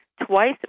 twice